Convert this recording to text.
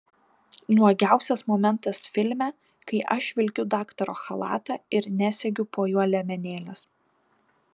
nuogiausias momentas filme kai aš vilkiu daktaro chalatą ir nesegiu po juo liemenėlės